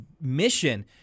mission